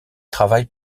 travaille